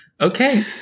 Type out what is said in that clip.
Okay